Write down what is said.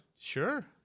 Sure